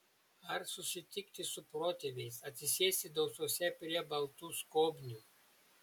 ar susitikti su protėviais atsisėsti dausose prie baltų skobnių